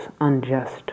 unjust